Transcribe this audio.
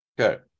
Okay